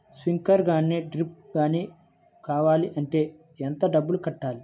Sprinkler కానీ డ్రిప్లు కాని కావాలి అంటే ఎంత డబ్బులు కట్టాలి?